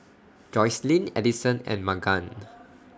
Joycelyn Edison and Magan